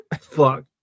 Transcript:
Fuck